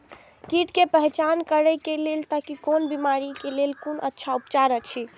कीट के पहचान करे के लेल ताकि कोन बिमारी के लेल कोन अच्छा उपचार अछि?